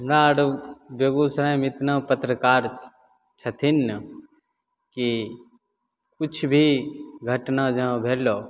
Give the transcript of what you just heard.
हमरा आर बेगूसरायमे एतना पत्रकार छथिन ने कि किछु भी घटना जहाँ भेलऽ